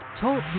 Talk